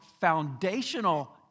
foundational